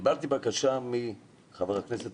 כולנו נמצאים בתקופה מאתגרת,